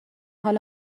حال